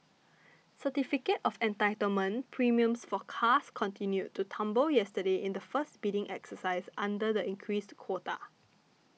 certificate of Entitlement premiums for cars continued to tumble yesterday in the first bidding exercise under the increased quota